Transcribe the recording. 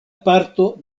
parto